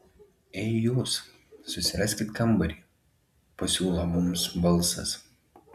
ei jūs susiraskit kambarį pasiūlo mums balsas